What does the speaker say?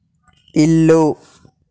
ఇల్లు